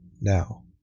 now